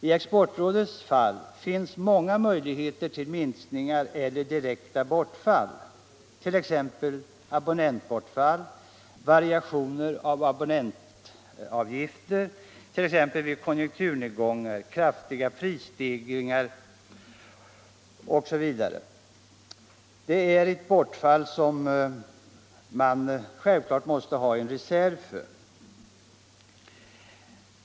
I Exportrådets fall finns många möjligheter till minskningar eller direkta bortfall, t.ex. abon nentbortfall, variationer av abonnemangsavgifter, exempelvis vid konjunkturnedgångar. kraftiga prisstegringar osv. Det är ett bortfall som man självklart måste ha en reserv för.